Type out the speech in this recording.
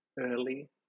early